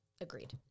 Agreed